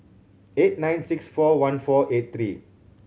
eight nine six four one four eight three